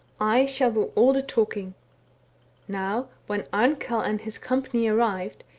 i shall do all the talking now when amkell and his company arrived,